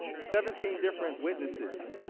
seventeen different witnesses,